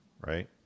right